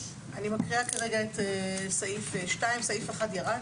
סעיף 1 ירד.